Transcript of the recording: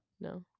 no